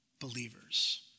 believers